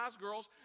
girls